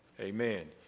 Amen